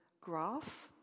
grass